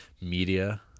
media